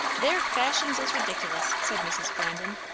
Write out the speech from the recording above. their fashions is ridiculous! said mrs. flandin.